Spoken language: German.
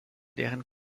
deren